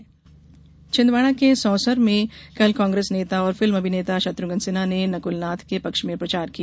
प्रचार छिंदवाड़ा के सौंसर में कल कांग्रेस नेता और फिल्म अभिनेता शत्र्घ्न सिन्हा ने नकलनाथ के पक्ष में प्रचार किया